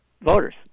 voters